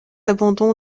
abandon